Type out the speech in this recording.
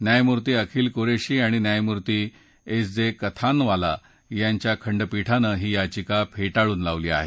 न्यायमूर्ती अखिल कुरेशी आणि न्यायमूर्ती एस जे कथानवाला यांच्या खंडपीठानं ही याचिका फेटाळून लावली आहे